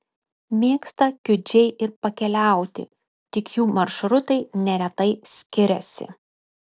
mėgsta kiudžiai ir pakeliauti tik jų maršrutai neretai skiriasi